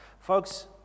Folks